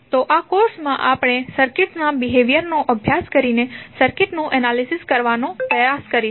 તો આ કોર્સમાં આપણે સર્કિટના બિહેવિઅર નો અભ્યાસ કરીને સર્કિટનું એનાલિસિસ કરવાનો પ્રયાસ કરીશું